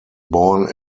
born